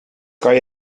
kan